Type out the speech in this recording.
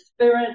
spirit